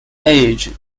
age